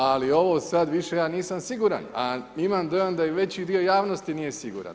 Ali ovo sad, više ja nisam siguran a imam dojam da i veći dio javnosti nije siguran.